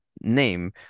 name